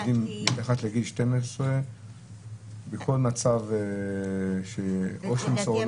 ילדים מתחת לגיל 12 בכל מצב --- לפי דעתי,